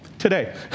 today